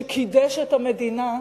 שקידש את המדינה,